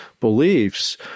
beliefs